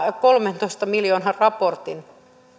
kolmentoista miljoonan raportin